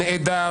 "נעדר,